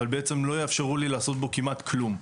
אבל בעצם לא יאפשרו לי לעשות בו כמעט כלום.